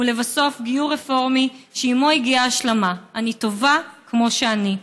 ולבסוף גיור רפורמי שעימו הגיעה ההשלמה: אני טובה כמו שאני.